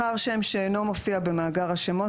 מופיע במאגר השמות,